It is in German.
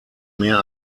mehr